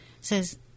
says